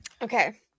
Okay